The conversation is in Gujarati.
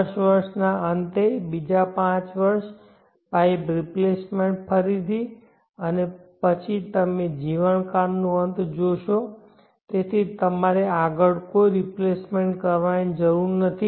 દસ વર્ષના અંતે બીજા પાંચ વર્ષ પાઇપ રિપ્લેસમેન્ટ ફરીથી અને પછી તમે જીવનકાળ નો અંત જોશો તેથી તમારે આગળ કોઈ રિપ્લેસમેન્ટ કરવાની જરૂર નથી